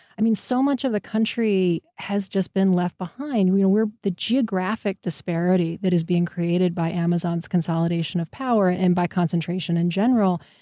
i mean, so much of the country has just been left behind, you know the geographic disparity that is being created by amazon's consolidation of power and and by concentration, in general,